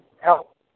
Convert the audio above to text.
help